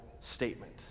statement